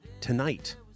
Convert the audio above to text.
tonight